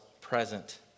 present